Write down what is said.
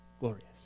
glorious